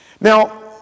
Now